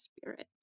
spirit